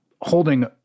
holding